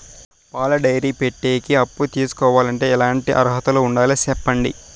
పాల డైరీ పెట్టేకి అప్పు తీసుకోవాలంటే ఎట్లాంటి అర్హతలు ఉండాలి సెప్పండి?